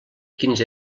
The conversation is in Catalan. quins